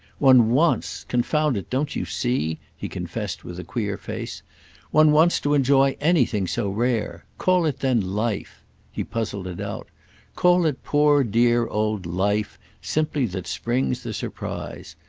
one wants, confound it, don't you see? he confessed with a queer face one wants to enjoy anything so rare. call it then life he puzzled it out call it poor dear old life simply that springs the surprise.